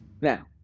Now